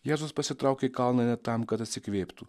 jėzus pasitraukė į kalną ne tam kad atsikvėptų